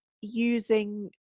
using